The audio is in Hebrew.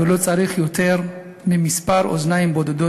ולא צריך יותר מכמה אוזניים בודדות